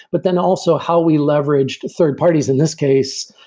but then also how we leveraged third-parties in this case,